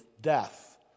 death